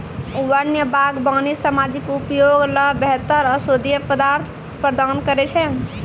वन्य बागबानी सामाजिक उपयोग ल बेहतर औषधीय पदार्थ प्रदान करै छै